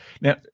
now